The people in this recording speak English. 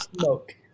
smoke